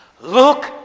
Look